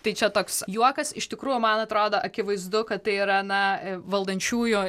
tai čia toks juokas iš tikrųjų man atrodo akivaizdu kad tai yra na valdančiųjų